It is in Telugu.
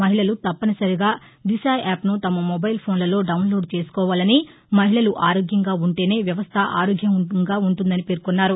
మహిళలు తప్పనిసరిగా దిశయాప్ను తమ మొబైల్ ఫోన్లలో డాన్లోడ్ చేసుకోవాలని మహిళలు ఆరోగ్యంగా ఉంటేనే వ్యవస్థ ఆరోగ్యంగా ఉంటుందని పేర్కొన్నారు